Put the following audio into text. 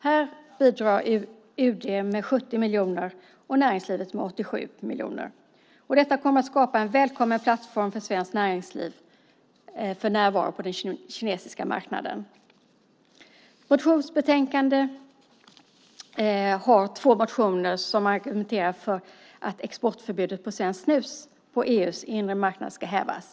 UD bidrar här med 70 miljoner och näringslivet med 87 miljoner. Detta kommer att skapa en välkommen plattform för svenskt näringslivs närvaro på den kinesiska marknaden. Motionsbetänkandet behandlar två motioner som argumenterar för att exportförbudet för svenskt snus på EU:s inre marknad ska hävas.